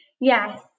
Yes